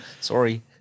sorry